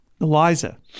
Eliza